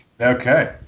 Okay